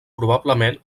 probablement